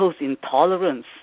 intolerance